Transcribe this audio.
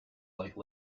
like